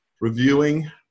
reviewing